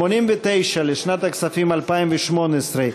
89 לשנת הכספים 2018,